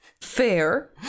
fair